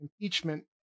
impeachment